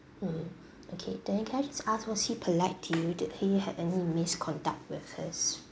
mmhmm okay then can I just ask was he polite to you did he had any misconduct with his